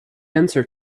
answer